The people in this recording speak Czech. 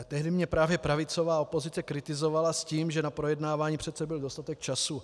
Tehdy mě právě pravicová opozice kritizovala s tím, že na projednávání přece byl dostatek času.